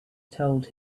told